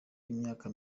imyaka